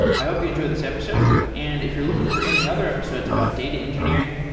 i hope you enjoy this episode, and if you're looking for any other episodes about data engineering,